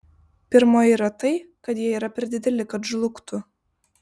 pirmoji yra tai kad jie yra per dideli kad žlugtų